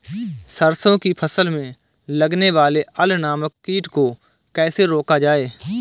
सरसों की फसल में लगने वाले अल नामक कीट को कैसे रोका जाए?